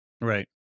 Right